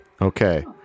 Okay